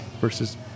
versus